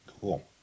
Cool